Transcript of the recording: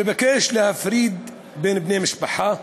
שמבקש להפריד בין בני משפחה,